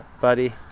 buddy